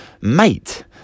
Mate